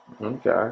Okay